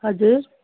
हजुर